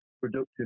productive